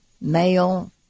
male